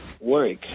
work